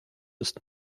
ist